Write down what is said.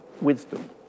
wisdom